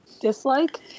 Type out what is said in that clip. dislike